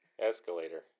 Escalator